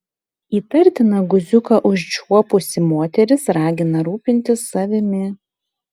įtartiną guziuką užčiuopusi moteris ragina rūpintis savimi